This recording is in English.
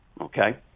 okay